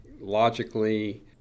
logically